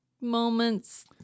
moments